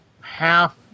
half